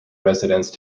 residence